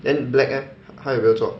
then black eh 他有没有做